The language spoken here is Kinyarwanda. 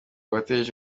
wateje